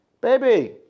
baby